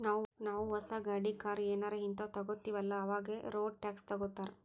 ನಾವೂ ಹೊಸ ಗಾಡಿ, ಕಾರ್ ಏನಾರೇ ಹಿಂತಾವ್ ತಗೊತ್ತಿವ್ ಅಲ್ಲಾ ಅವಾಗೆ ರೋಡ್ ಟ್ಯಾಕ್ಸ್ ತಗೋತ್ತಾರ್